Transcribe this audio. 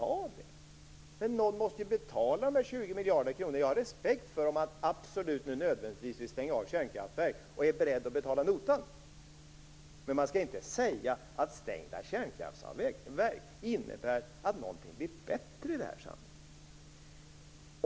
Någon måste ju betala dessa 20 miljarder kronor. Jag har respekt för om man absolut vill stänga av kärnkraftverk och är beredd att betala notan. Men man skall inte säga att stängda kärnkraftverk innebär att någonting blir bättre i det här samhället. Herr talman!